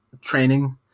training